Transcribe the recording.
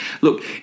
Look